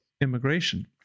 immigration